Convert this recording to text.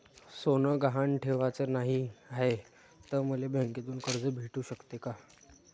सोनं गहान ठेवाच नाही हाय, त मले बँकेतून कर्ज भेटू शकते का?